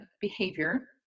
behavior